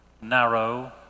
narrow